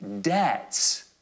debts